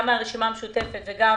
גם מהרשימה המשותפת וגם